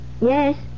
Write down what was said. Yes